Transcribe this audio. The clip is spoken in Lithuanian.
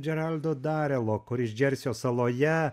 džeraldo darelo kuris džersio saloje